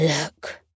Look